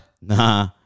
Nah